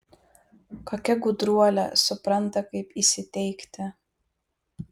kokia gudruolė supranta kaip įsiteikti